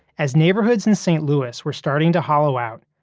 as neighborhoods in st. louis were starting to hollow out,